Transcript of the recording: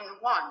one